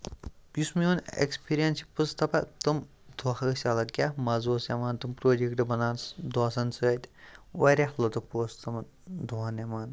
یُس میون ایٚکسپیٖریَنٕس چھِ بہٕ اوسُس دَپان تِم دۄہ ٲسۍ الگ کیاہ مَزٕ اوس یِوان تِم پروجَکٹ بناونَس دوستَن سۭتۍ واریاہ لُطف اوس تِمَن دۄہَن یِوان